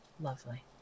Lovely